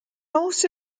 also